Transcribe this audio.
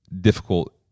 difficult